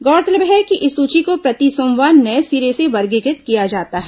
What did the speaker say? गौरतलब है कि इस सूची को प्रति सोमवार नये सिरे से वर्गीकृत किया जाता है